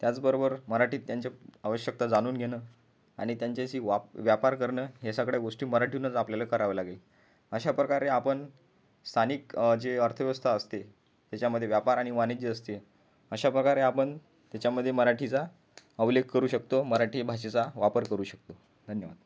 त्याचबरोबर मराठीत त्यांच्या आवश्यकता जाणून घेणं आणि त्यांच्याशी वा व्यापार करणं हे सगळ्या गोष्टी मराठूनंच आपल्याला करावं लागेल अशाप्रकारे आपण स्थानिक जे अर्थव्यवस्था असते त्याच्यामध्ये व्यापार आणि वाणिज्य असते अशा प्रकारे आपण त्याच्यामध्ये मराठीचा अवलेख करू शकतो मराठी भाषेचा वापर करू शकतो धन्यवाद